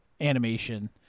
animation